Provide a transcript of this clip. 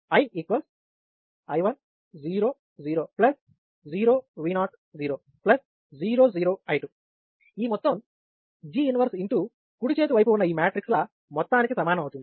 I I1 0 0 0 V0 0 0 0 I2 ఈ మొత్తం G 1 X కుడి చేతి వైపు ఉన్న ఈ మ్యాట్రిక్స్ ల మొత్తానికి సమానం అవుతుంది